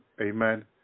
Amen